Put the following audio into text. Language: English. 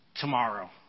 tomorrow